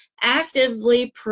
actively